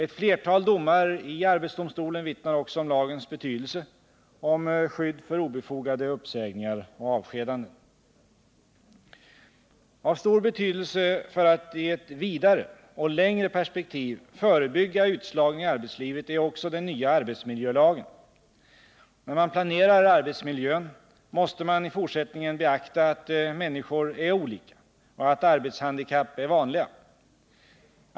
Ett flertal domar i arbetsdomstolen vittnar också om lagens betydelse som skydd för obefogade uppsägningar och avskedanden. Av stor betydelse för att i ett vidare och längre perspektiv förebygga utslagning i arbetslivet är också den nya arbetsmiljölagen. När man planerar arbetsmiljön måste man i fortsättningen beakta att människor är olika och att arbetshandikapp är vanliga.